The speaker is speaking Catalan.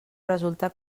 resulta